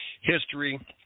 history